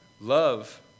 love